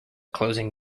closing